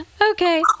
Okay